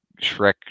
Shrek